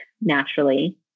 naturally